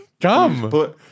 Come